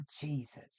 Jesus